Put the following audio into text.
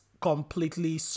completely